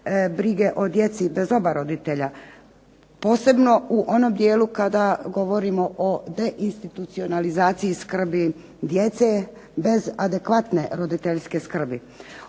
brige o djeci bez oba roditelja posebno u onom dijelu kada govorimo o deinstitucionalizaciji skrbi djece bez adekvatne roditeljske skrbi.